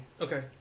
Okay